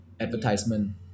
advertisement